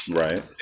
right